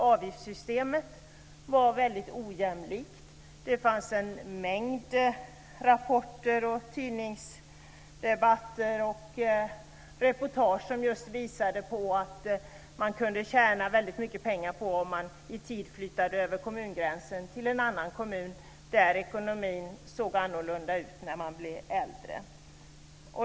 Avgiftssystemet var nämligen väldigt ojämlikt. En mängd rapporter, tidningsdebatter och reportage visade på att man kunde tjäna mycket pengar på att i tid flytta över kommungränsen till en annan kommun där ekonomin såg annorlunda ut med tanke på när man blir äldre.